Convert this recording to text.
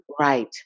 Right